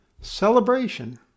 celebration